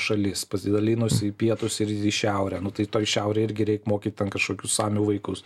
šalis pasidalinusi į pietus į šiaurę nu tai toj šiaurėj irgi reik mokyt ten kažkokius samių vaikus